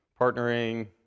partnering